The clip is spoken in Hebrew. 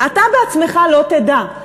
אתה בעצמך לא תדע.